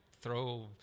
throw